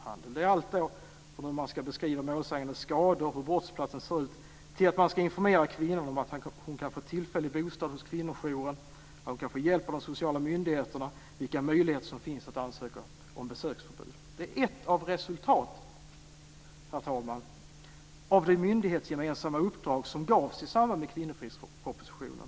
Det handlar om allt från hur man ska beskriva målsägandens skador och hur brottsplatsen ser ut till att man ska informera kvinnan om att hon kan få tillfällig bostad hos kvinnojouren, att hon kan få hjälp av de sociala myndigheterna och vilka möjligheter som finns att ansöka om besöksförbud. Herr talman! Detta är ett av resultaten av det myndighetsgemensamma uppdrag som gavs i samband med Kvinnofridspropositionen.